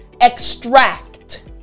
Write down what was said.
extract